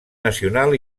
nacional